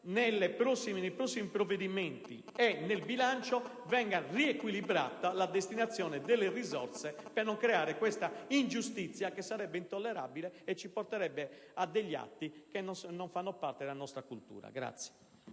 nei prossimi provvedimenti e nel bilancio, venga riequilibrata la destinazione delle risorse, per non creare questa ingiustizia che sarebbe intollerabile e ci porterebbe a degli atti che non fanno parte della nostra cultura.